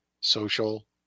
social